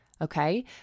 Okay